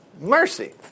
Mercy